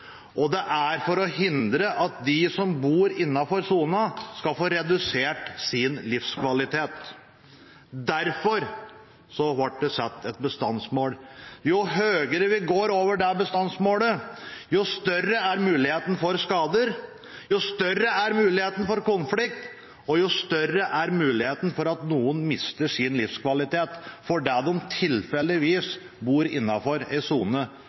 det er satt for å hindre at de som bor innenfor sona, skal få redusert sin livskvalitet. Derfor ble det satt et bestandsmål. Jo høyere vi går over det bestandsmålet, jo større er muligheten for skader, jo større er muligheten for konflikt, og jo større er muligheten for at noen mister sin livskvalitet, fordi de tilfeldigvis bor innenfor en sone